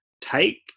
take